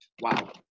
Wow